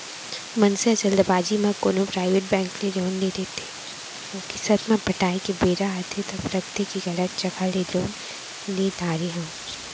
मनसे ह जल्दबाजी म कोनो पराइबेट बेंक ले लोन ले लेथे अउ किस्त ल पटाए के बेरा आथे तब लगथे के गलत जघा ले लोन ले डारे हँव